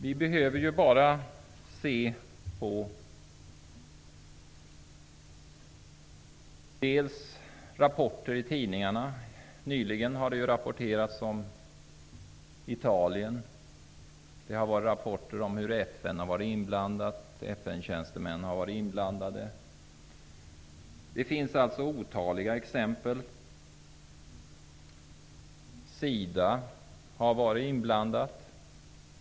Vi behöver bara se på rapporter i tidningarna. Nyligen har det rapporterats om Italien. Det har varit rapporter om hur FN-tjänstemän har varit inblandade. Det finns otaliga exempel. SIDA har varit inblandat.